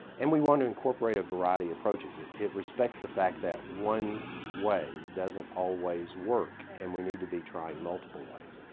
and we want to incorporate a variety of approaches. it it respects the fact that one way doesn't always work and we need to be trying multiple ways.